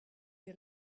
you